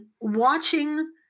watching